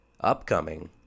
upcoming